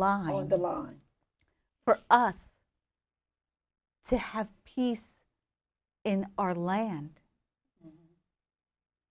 on the line for us to have peace in our land